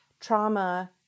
trauma